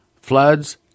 floods